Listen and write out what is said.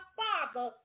father